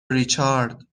ریچارد